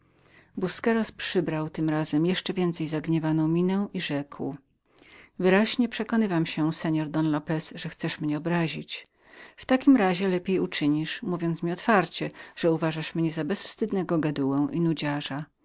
obiad busqueros przybrał tym razem jeszcze więcej zagniewaną postać i rzekł wyraźnie przekonywam się seor don lopez że chcesz mnie obrazić w takim razie lepiej uczynisz mówiąc mi otwarcie że uważasz mnie za bezwstydnego gadułę i